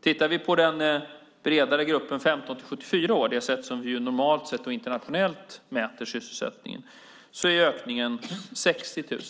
Tittar vi på den bredare gruppen 15-74 år, det sätt som vi normalt sett internationellt mäter sysselsättningen, är ökningen 60 000.